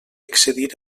excedir